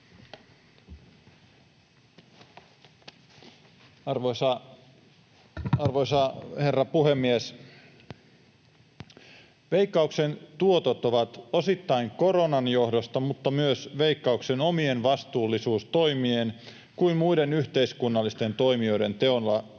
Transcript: Arvoisa herra puhemies! Veikkauksen tuotot ovat osittain koronan johdosta mutta myös Veikkauksen omien vastuullisuustoimien ja muiden yhteiskunnallisten toimijoiden teoilla